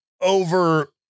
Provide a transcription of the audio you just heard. over